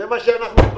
זה מה שאנחנו מבקשים.